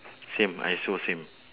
same I also same